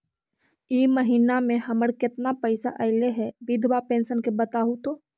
इ महिना मे हमर केतना पैसा ऐले हे बिधबा पेंसन के बताहु तो?